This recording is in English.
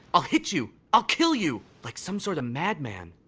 i'll hit you! i'll kill you! like some sort of mad man.